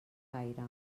gaire